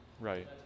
Right